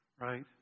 right